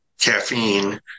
caffeine